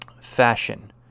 fashion